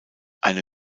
eine